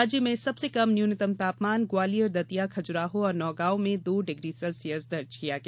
राज्य में सबसे कम न्यूनतम तापमान ग्वालियर दतिया खजुराहो और नौगांव में दो डिग्री सेल्सियस दर्ज किया गया